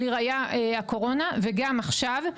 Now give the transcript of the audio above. ולראייה הקורונה וגם עכשיו.